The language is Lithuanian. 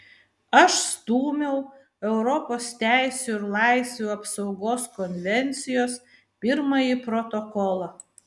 aš stūmiau europos teisių ir laisvių apsaugos konvencijos pirmąjį protokolą